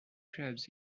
clubs